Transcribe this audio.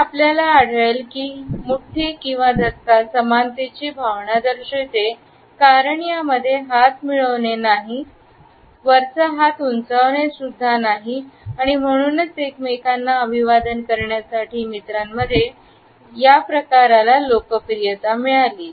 तर आपल्याला असे आढळेल की मुट्ठी किंवा धक्का समानतेची भावना दर्शविते कारण यामध्ये हात मिळवणे नाही वरचा हातउंचावणे सुद्धा नाही आणि म्हणूनच एकमेकांना अभिवादन करण्यासाठी मित्रांमध्ये याला लोकप्रियता मिळाली